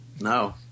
No